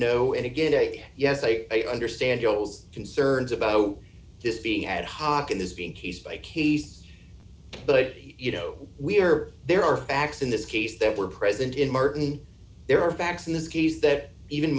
know and again yes i understand your concerns about this being ad hoc and this being case by case but you know we are there are facts in this case that were present in martin there are facts in this case that even